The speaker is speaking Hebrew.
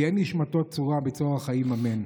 תהא נשמתו צרורה בצרור החיים, אמן.